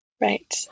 right